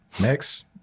Next